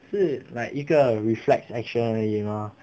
是 like 一个 reflect action 而已嘛